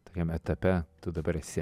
tokiam etape tu dabar esi